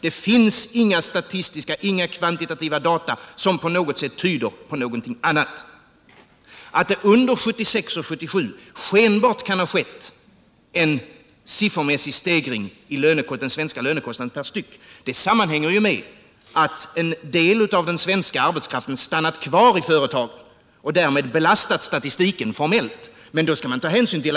Det finns inga kvantitativa data som på något sätt tyder på något annat. Att det under 1976 och 1977 skenbart kan ha skett en siffermässig stegring av den svenska lönekostnaden per styck sammanhänger med att en del av den svenska arbetskraften har stannat kvar i företagen och därmed formellt belastat statistiken.